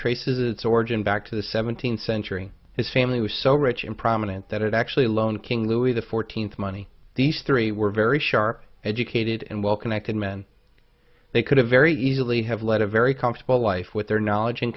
traces its origin back to the seventeenth century his family was so rich and prominent that actually loaned king louis the fourteenth money these three were very sharp educated and well connected men they could have very easily have led a very comfortable life with their knowledge